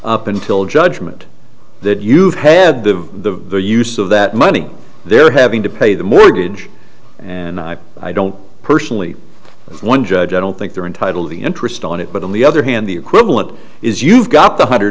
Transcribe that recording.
up until judgement that you've head the use of that money they're having to pay the mortgage and i don't personally one judge i don't think they're entitled the interest on it but on the other hand the equivalent is you've got the hundred